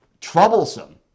troublesome